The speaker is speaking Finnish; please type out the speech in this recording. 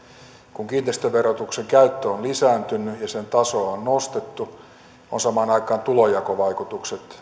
kun kiinteistöverotuksen käyttö on lisääntynyt ja sen tasoa on nostettu ovat samaan aikaan tulonjakovaikutukset